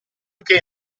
che